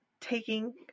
taking